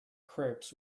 crepes